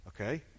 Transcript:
Okay